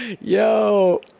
Yo